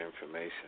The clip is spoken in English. information